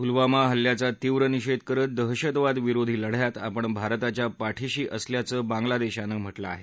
पुलवामा हल्ल्याचा तीव्र निषेध करत दहशतवाद विरोधी लढ्यात आपण भारताच्या पाठिशी असल्याचं बांगलादेशानं म्हटलं आहे